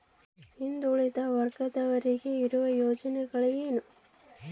ಹಿಂದುಳಿದ ವರ್ಗದವರಿಗೆ ಇರುವ ಯೋಜನೆಗಳು ಏನು?